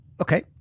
Okay